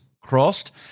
crossed